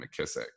McKissick